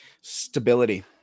Stability